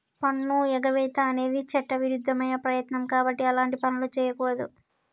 పన్నుఎగవేత అనేది చట్టవిరుద్ధమైన ప్రయత్నం కాబట్టి అలాంటి పనులు చెయ్యకూడదు